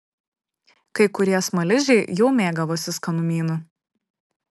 kai kurie smaližiai jau mėgavosi skanumynu